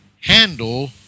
handle